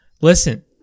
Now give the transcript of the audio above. listen